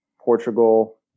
Portugal